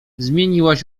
zmieniłaś